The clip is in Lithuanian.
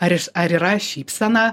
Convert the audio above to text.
ar ar yra šypsena